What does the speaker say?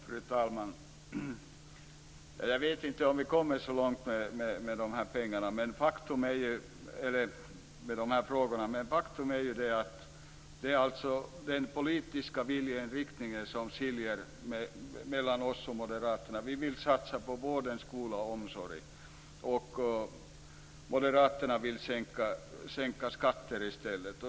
Fru talman! Jag vet inte om vi kommer så mycket längre med dessa frågor. Faktum är att det är den politiska viljeinriktningen som skiljer mellan oss och moderaterna. Vi vill satsa på vården, skolan och omsorgen. Moderaterna vill sänka skatter i stället.